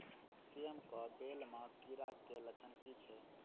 सेम कऽ बेल म कीड़ा केँ लक्षण की छै?